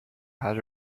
had